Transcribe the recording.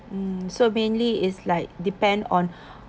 mm so mainly is like depend on